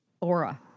aura